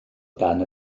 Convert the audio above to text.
dan